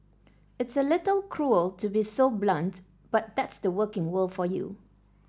it's a little cruel to be so blunt but that's the working world for you